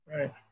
Right